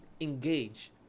Engage